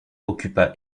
occupa